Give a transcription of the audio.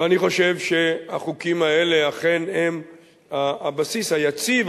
ואני חושב שהחוקים האלה אכן הם הבסיס היציב,